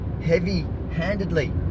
heavy-handedly